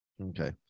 Okay